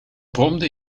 bromde